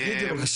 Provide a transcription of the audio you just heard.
כך זה עובד.